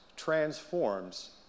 Transforms